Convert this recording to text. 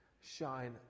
shine